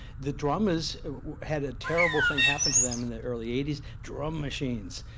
the drummers had a terrible thing happen to them in the early eighty s, drum machines.